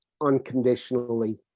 unconditionally